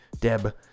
deb